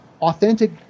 authentic